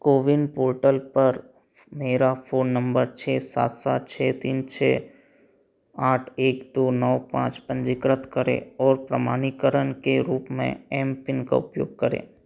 CoWIN portal पर मेरा phone number छः सात सात छः तीन छः आठ एक दो नौ पाँच पंजीकृत करें और प्रमाणीकरण के रूप में एमपिन का उपयोग करें